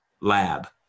lab